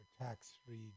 tax-free